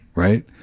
right?